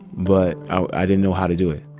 but i didn't know how to do it.